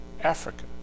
Africa